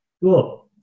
Cool